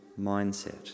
mindset